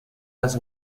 las